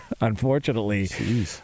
Unfortunately